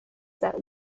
that